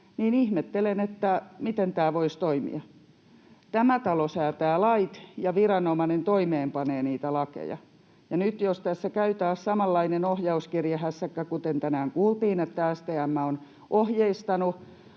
niin ihmettelen, miten tämä voisi toimia. Tämä talo säätää lait, ja viranomainen toimeenpanee niitä lakeja, ja nyt jos tässä käy taas samanlainen ohjauskirjehässäkkä, kuten tänään kuultiin, että STM on ohjeistanut